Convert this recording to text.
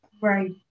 right